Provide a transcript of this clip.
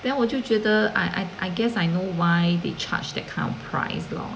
then 我就觉得 I I I guess I know why they charge that kind of price lor